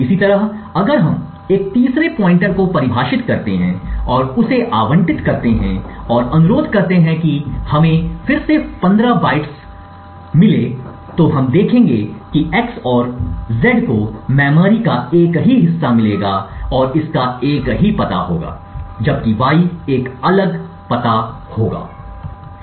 इसी तरह अगर हम एक तीसरे पॉइंटर को परिभाषित करते हैं और उसे आवंटित करते हैं और अनुरोध करते हैं कि हमें फिर से 15 बाइट्स रहने दें तो हम देखेंगे कि x और z को मेमोरी का एक ही हिस्सा मिलेगा और इसका एक ही पता होगा जबकि y एक अलग होगा पता